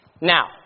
Now